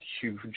Huge